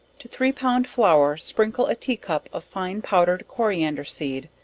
to three pound flour, sprinkle a tea cup of fine powdered coriander seed,